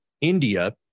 India